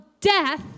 death